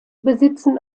besitzen